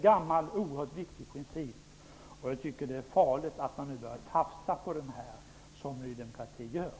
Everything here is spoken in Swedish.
Jag tycker att det är allvarligt att man, som nydemokraterna nu gör, börjar tafsa på den.